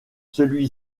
celui